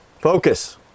focus